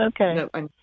Okay